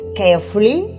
carefully